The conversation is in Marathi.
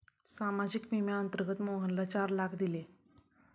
सामाजिक विम्याअंतर्गत मोहनला चार लाख दिले